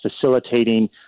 facilitating